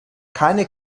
keine